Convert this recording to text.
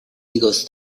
igos